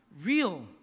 real